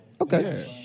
Okay